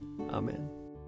Amen